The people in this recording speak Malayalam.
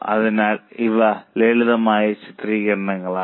അതിനാൽ ഇവ ലളിതമായ ചിത്രീകരണങ്ങളാണ്